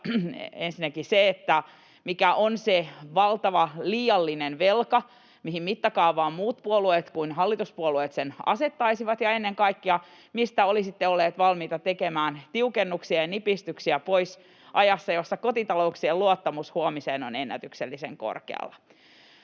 ensinnäkin se, mikä on se valtava liiallinen velka, mihin mittakaavaan muut puolueet kuin hallituspuolueet sen asettaisivat, ja ennen kaikkea se, mihin olisitte olleet valmiita tekemään tiukennuksia ja nipistyksiä ajassa, jossa kotitalouksien luottamus huomiseen on ennätyksellisen korkealla.